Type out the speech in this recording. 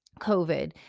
COVID